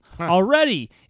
already